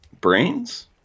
Brains